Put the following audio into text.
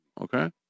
Okay